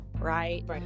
right